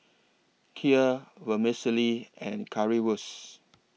Kheer Vermicelli and Currywurst